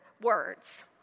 words